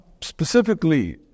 specifically